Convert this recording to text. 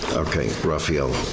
okay, raphael,